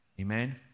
Amen